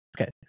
Okay